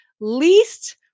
least